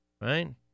Right